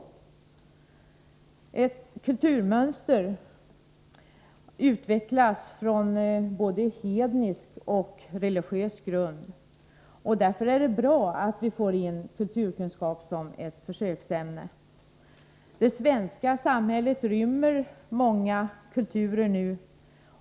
Ett kulturmönster utvecklas från både en hednisk och en religiös grund. Därför är det bra att vi får in kulturkunskap som försöksämne. Det svenska samhället rymmer nu många kulturer.